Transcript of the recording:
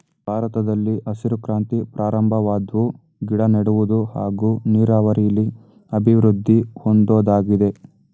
ಭಾರತದಲ್ಲಿ ಹಸಿರು ಕ್ರಾಂತಿ ಪ್ರಾರಂಭವಾದ್ವು ಗಿಡನೆಡುವುದು ಹಾಗೂ ನೀರಾವರಿಲಿ ಅಭಿವೃದ್ದಿ ಹೊಂದೋದಾಗಿದೆ